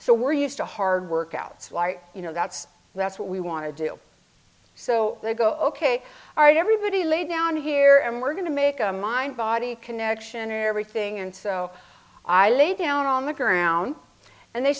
so we're used to hard work outs why you know that's that's what we want to do so they go ok all right everybody lay down here and we're going to make a mind body connection or everything and so i lay down on the ground and they